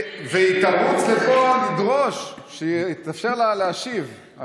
ותרוץ לפה לדרוש שיתאפשר לה להשיב על מה שאמרת עכשיו.